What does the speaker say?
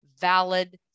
valid